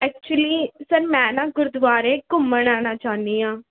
actually sir ਮੈਂ ਨਾ ਗੁਰਦੁਆਰੇ ਘੁੰਮਣ ਆਉਣਾ ਚਾਹੁੰਦੀ ਹਾਂ